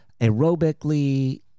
aerobically